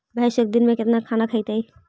भैंस एक दिन में केतना खाना खैतई?